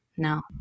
no